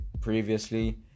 previously